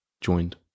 joined